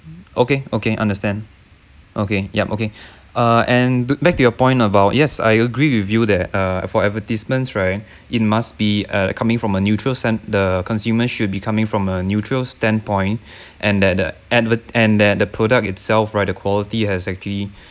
okay okay understand okay yup okay uh and th~ back to your point about yes I agree with you that uh for advertisements right it must be err coming from a neutral stand the consumers should becoming from a neutral standpoint and that the adver~ and that the product itself right the quality has actually